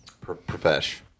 Profesh